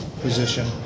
position